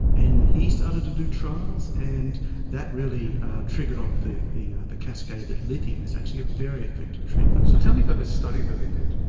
and he started to do trials and that really triggered off the the cascade that lithium is actually a very effective treatment. so tell me about this study that they did.